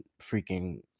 freaking